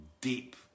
deep